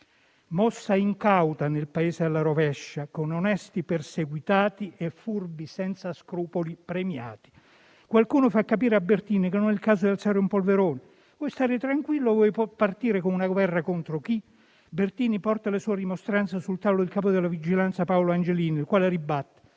mossa incauta nel Paese alla rovescia, con onesti perseguitati e furbi senza scrupoli premiati. Qualcuno fa capire a Bertini che non è il caso di alzare un polverone: vuoi stare tranquillo o vuoi partire con una guerra? Contro chi? Bertini porta le sue rimostranze sul tavolo del capo della vigilanza Paolo Angelino, il quale ribatte: